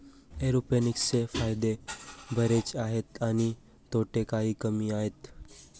एरोपोनिक्सचे फायदे बरेच आहेत आणि तोटे काही कमी आहेत